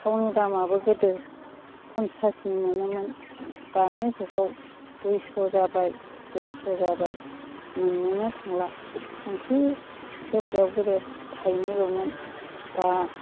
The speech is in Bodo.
थावनि दामाबो गोदो फनसासनि मोनोमोन दानि जुगाव दुइस' जाबाय देरस' जाबाय मोननोनो थांला संख्रि सेरसेयाव गोदो थाइनैल'मोन दा